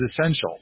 essential